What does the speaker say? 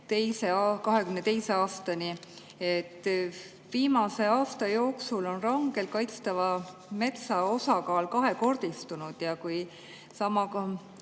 2010–2022". Viimase aasta jooksul on rangelt kaitstava metsa osakaal kahekordistunud ja kui sama